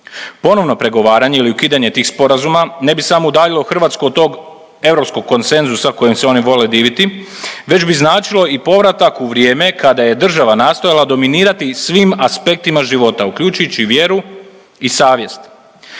Ponovno pregovaranje ili ukidanje tih sporazuma ne bi samo udaljilo Hrvatsku od tog europskog konsenzusa kojim se oni vole diviti, već bi značilo i povratak u vrijeme kada je država nastojala dominirati svim aspektima života, uključujući i vjeru i savjest.